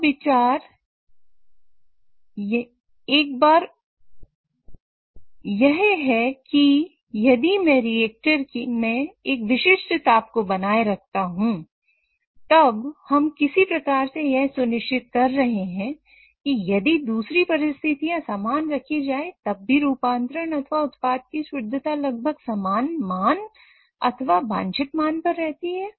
यहां विचार यह है कि यदि मैं रिएक्टर में एक विशिष्ट ताप को बनाए रखता हूं तब हम किसी प्रकार से यह भी सुनिश्चित कर रहे हैं कि यदि दूसरी परिस्थितियां समान रखी जाए तब भी रूपांतरण अथवा उत्पाद की शुद्धता लगभग समान मान अथवा वांछित मान पर रहती है